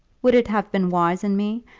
would it have been wise in me,